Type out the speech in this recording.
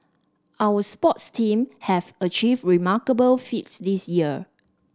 our sports team have achieved remarkable feats this year